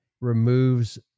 removes